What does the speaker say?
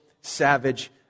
savage